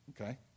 Okay